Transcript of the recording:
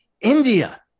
India